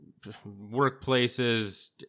workplaces